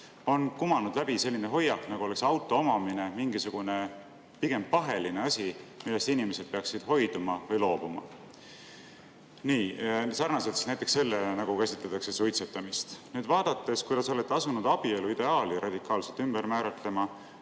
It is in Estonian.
on kumanud läbi selline hoiak, nagu oleks auto omamine pigem mingisugune paheline asi, millest inimesed peaksid hoiduma või loobuma. Sarnaselt näiteks sellega, nagu käsitletakse suitsetamist. Nüüd, vaadates, kuidas te olete asunud abielu ideaali radikaalselt ümber määratlema,